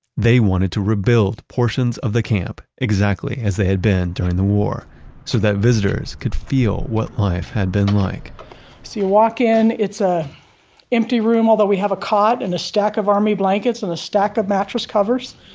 they wanted to rebuild portions of the camp exactly as they had been during the war so that visitors could feel what life had been like so you walk in, it's a empty room. although we have a cot, and a stack of army blankets, and a stack of mattress covers,